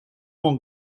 món